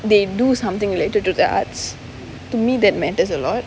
they do something related to the arts to me that matters a lot